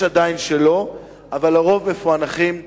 עדיין יש שלא, אבל הרוב מפוענחים.